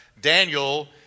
Daniel